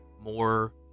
more